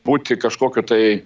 būti kažkokiu tai